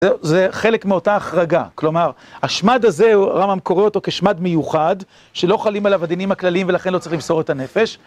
זה חלק מאותה החרגה, כלומר, השמד הזה, רמאם קורא אותו כשמד מיוחד שלא חלים עליו הדינים הכלליים ולכן לא צריך למסור את הנפש